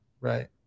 right